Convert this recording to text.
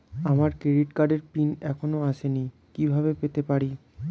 আমার ক্রেডিট কার্ডের পিন এখনো আসেনি কিভাবে পেতে পারি?